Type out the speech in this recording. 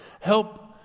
Help